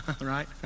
right